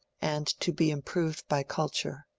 and to be improved by cul ture.